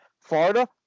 Florida